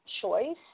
choice